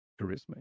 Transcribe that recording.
Charisma